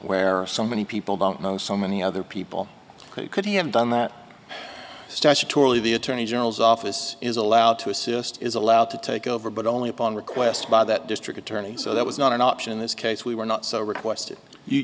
where so many people don't know so many other people could he have done that statutorily the attorney general's office is allowed to assist is allowed to take over but only upon request by that district attorney so that was not an option in this case we were not so requested you